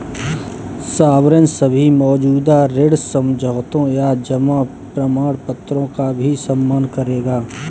sovereign सभी मौजूदा ऋण समझौतों या जमा प्रमाणपत्रों का भी सम्मान करेगा